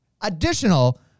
additional